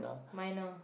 my now